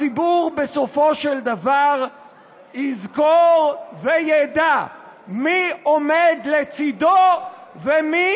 הציבור בסופו של דבר יזכור וידע מי עומד לצדו ומי